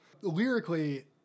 Lyrically